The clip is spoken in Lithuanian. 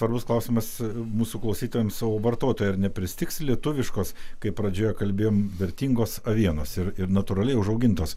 svarbus klausimas mūsų klausytojams savo vartotojai nepristigs lietuviškos kaip pradžioje kalbėjom vertingos avienos ir ir natūraliai užaugintos